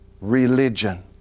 religion